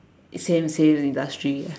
same same industry